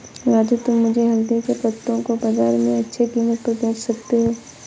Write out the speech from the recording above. राजू तुम मुझे हल्दी के पत्तों को बाजार में अच्छे कीमत पर बेच सकते हो